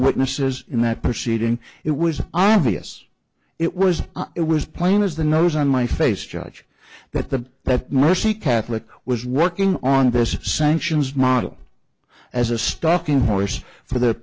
witnesses in that proceeding it was obvious it was it was plain as the nose on my face judge that the pet mercy catholic was working on this sanctions model as a stocking voice for the